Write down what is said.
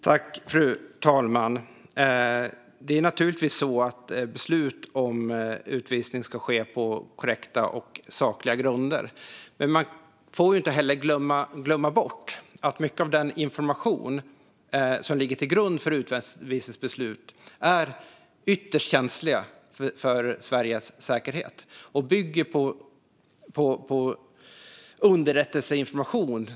Fru talman! Det är naturligtvis så att beslut om utvisning ska ske på korrekta och sakliga grunder. Men man får inte heller glömma bort att mycket av den information som ligger till grund för utvisningsbeslut är ytterst känslig för Sveriges säkerhet och bygger på underrättelseinformation.